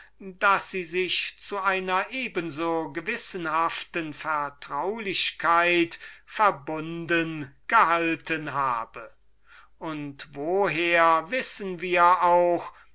daß sie sich zu einer eben so gewissenhaften vertraulichkeit verbunden gehalten habe und woher wissen wir auch